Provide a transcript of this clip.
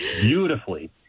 beautifully